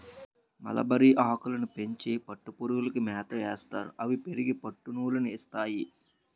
మలబరిఆకులని పెంచి పట్టుపురుగులకి మేతయేస్తారు అవి పెరిగి పట్టునూలు ని ఇస్తాయి